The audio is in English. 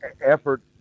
effort